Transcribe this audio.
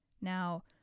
Now